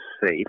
safe